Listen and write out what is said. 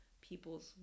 people's